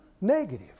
negative